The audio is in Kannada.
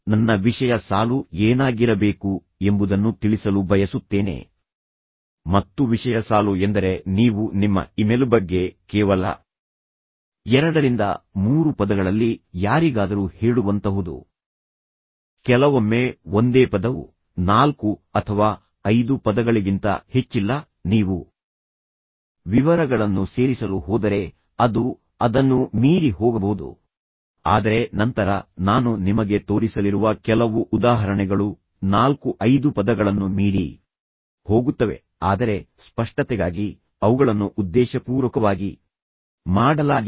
ನನ್ನ ವಿಷಯ ಸಾಲು ಏನಾಗಿರಬೇಕು ಎಂಬುದನ್ನು ತಿಳಿಸಲು ಬಯಸುತ್ತೇನೆ ಮತ್ತು ವಿಷಯ ಸಾಲು ಎಂದರೆ ನೀವು ನಿಮ್ಮ ಇಮೇಲ್ ಬಗ್ಗೆ ಕೇವಲ ಎರಡರಿಂದ ಮೂರು ಪದಗಳಲ್ಲಿ ಯಾರಿಗಾದರೂ ಹೇಳುವಂತಹುದು ಕೆಲವೊಮ್ಮೆ ಒಂದೇ ಪದವು ನಾಲ್ಕು ಅಥವಾ ಐದು ಪದಗಳಿಗಿಂತ ಹೆಚ್ಚಿಲ್ಲ ನೀವು ವಿವರಗಳನ್ನು ಸೇರಿಸಲು ಹೋದರೆ ಅದು ಅದನ್ನೂ ಮೀರಿ ಹೋಗಬಹುದು ಆದರೆ ನಂತರ ನಾನು ನಿಮಗೆ ತೋರಿಸಲಿರುವ ಕೆಲವು ಉದಾಹರಣೆಗಳು ನಾಲ್ಕು ಐದು ಪದಗಳನ್ನು ಮೀರಿ ಹೋಗುತ್ತವೆ ಆದರೆ ಸ್ಪಷ್ಟತೆಗಾಗಿ ಅವುಗಳನ್ನು ಉದ್ದೇಶಪೂರ್ವಕವಾಗಿ ಮಾಡಲಾಗಿದೆ